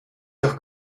doch